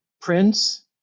Prince